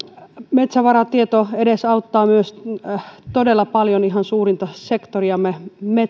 metsävaratieto edesauttaa myös todella paljon ihan suurinta sektoriamme